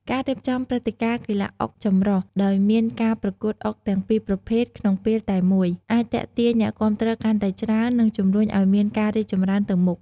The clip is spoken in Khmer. ការរៀបចំព្រឹត្តិការណ៍កីឡាអុកចម្រុះ ដោយមានការប្រកួតអុកទាំងពីរប្រភេទក្នុងពេលតែមួយ អាចទាក់ទាញអ្នកគាំទ្រកាន់តែច្រើន និងជំរុញឱ្យមានការរីកចម្រើនទៅមុខ។